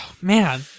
Man